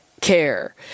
care